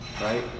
right